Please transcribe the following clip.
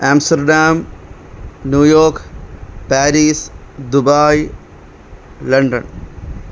Amsterdam New York Paris Dubai London